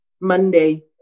Monday